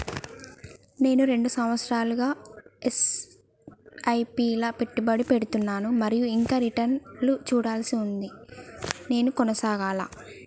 నేను రెండు సంవత్సరాలుగా ల ఎస్.ఐ.పి లా పెట్టుబడి పెడుతున్నాను మరియు ఇంకా రిటర్న్ లు చూడాల్సి ఉంది నేను కొనసాగాలా?